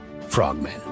frogmen